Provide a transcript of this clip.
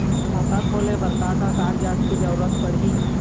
खाता खोले बर का का कागजात के जरूरत पड़ही?